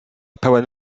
pełen